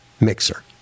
mixer